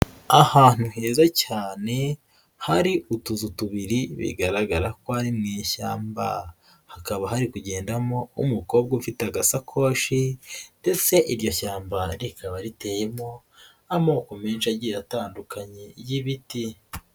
Ahantu heza cyane hari utuzu tubiri bigaragara ko ari mu ishyamba, hakaba hari kugendamo umukobwa ufite agasakoshi ndetse iryo shyamba rikaba riteyemo amoko menshi agiye atandukanye y'ibiti.